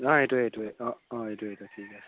অঁ এইটোৱে এইটোৱে অঁ অঁ এইটো এইটো ঠিক আছে